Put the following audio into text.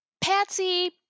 Patsy